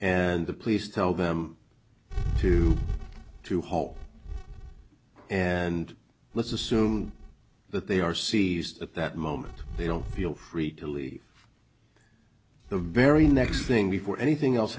and the police tell them to to halt and let's assume that they are seized at that moment they don't feel free to leave the very next thing before anything else